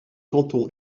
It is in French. canton